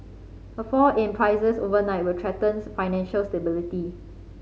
a fall in prices overnight will threatens financial stability